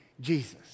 Jesus